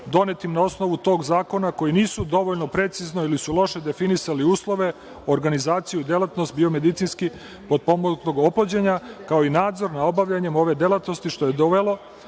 donetim na osnovu tog zakona, koji nisu dovoljno precizno, ili su loše definisali uslove, organizaciju, delatnost, biomedicinski potpomugnog oplođenja, kao i nadzor nad obavljanjem ove delatnosti, što je dovelo